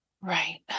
right